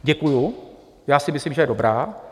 Děkuji, já si myslím, že je dobrá.